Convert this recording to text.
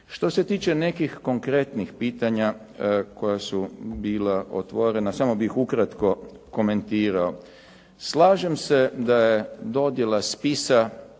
Što se tiče nekih konkretnih pitanja koja su bila otvorena samo bih ukratko komentirao. Slažem se da je dodjela spisa